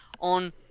on